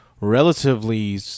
relatively